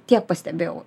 tiek pastebėjau